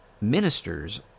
ministers